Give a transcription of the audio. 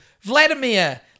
Vladimir